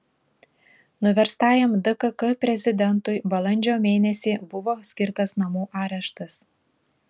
nuverstajam dkk prezidentui balandžio mėnesį buvo skirtas namų areštas